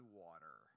water